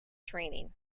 training